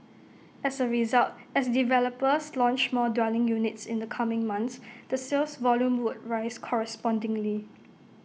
as A result as developers launch more dwelling units in the coming months the sales volume would rise correspondingly